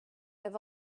have